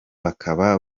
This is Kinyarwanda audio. bakaba